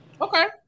Okay